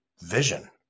vision